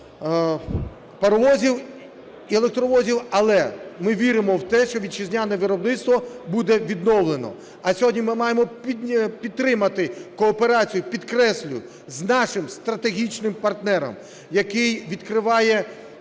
виробництва паровозів і електровозів, але ми віримо в те, що вітчизняне виробництво буде відновлено. А сьогодні ми маємо підтримати кооперацію, підкреслюю, з нашим стратегічним партнером, який відкриває